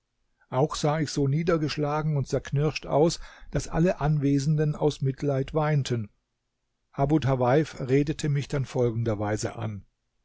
auch sah ich so niedergeschlagen und zerknirscht aus daß alle anwesenden aus mitleid weinten abu tawaif redete mich dann folgenderweise an